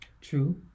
True